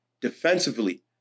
defensively